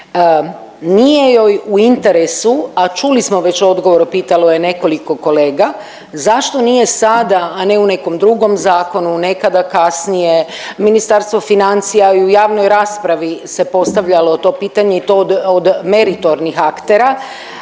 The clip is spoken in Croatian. nije joj u interesu, a čuli smo već u odgovoru, pitalo je nekoliko kolega, zašto nije sada, a ne u nekom drugom zakonu nekada kasnije Ministarstvo financija i u javnoj raspravi se postavljalo to pitanje i to od, od meritornih aktera,